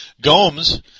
Gomes